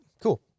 cool